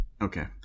Okay